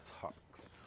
talks